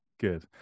good